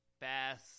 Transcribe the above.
Bass